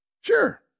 Sure